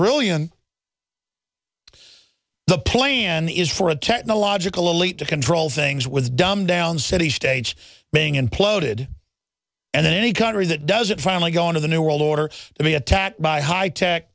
on the playin is for a technological elite to control things with dumb down city states being imploded and any country that doesn't finally go into the new world order to be attacked by high tech